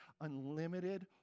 unlimited